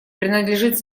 принадлежит